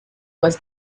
was